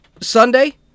sunday